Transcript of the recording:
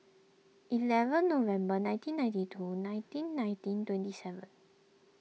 eleven November nineteen ninety two nineteen nineteen twenty seven